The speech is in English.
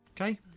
Okay